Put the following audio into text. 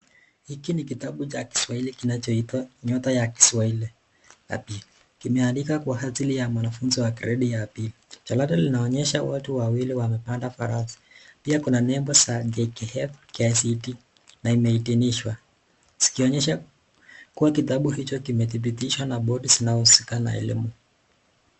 Hiki ni kitabu Cha kiswahili kinacho kinaitwa nyota ya kiswahili napi kimeandikwa Kwa ajili ya mwanafunzi wa gradi ya mbili changato linaonyesha watu wawili wamepanga farasi pia Kuna mepo cha jkf, kacd na imeeniswa sikiongesha kuwa kitabu hicho kimetibitiswa na bodi sinasikana elimu.